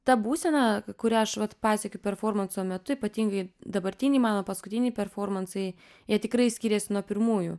ta būsena kurią aš vat pasiekiu performanso metu ypatingai dabartiniai mano paskutiniai performansai jie tikrai skiriasi nuo pirmųjų